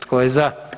Tko je za?